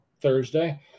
thursday